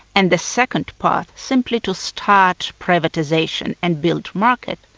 and the second path simply to start privatisation and build market,